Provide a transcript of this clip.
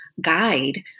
guide